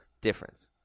Difference